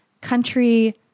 country